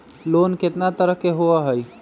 Loan केतना तरह के होअ हई?